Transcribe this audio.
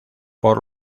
por